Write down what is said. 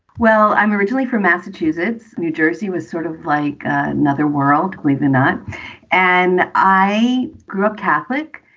well, i'm originally from massachusetts. new jersey was sort of like another world within that. and i grew up catholic,